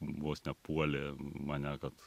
vos ne puolė mane kad